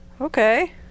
Okay